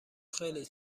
خیلی